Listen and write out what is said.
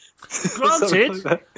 granted